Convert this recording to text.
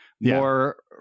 more